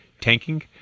tanking